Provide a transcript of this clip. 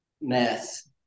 mess